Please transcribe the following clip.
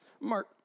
Mark